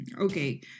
Okay